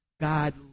God